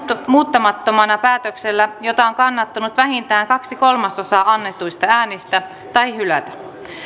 muuttamattomana päätöksellä jota on kannattanut vähintään kaksi kolmasosaa annetuista äänistä tai hylätä